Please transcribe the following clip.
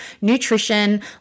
nutrition